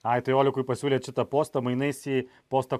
ai tai olekui pasiūlėt šitą postą mainais į postą